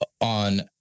on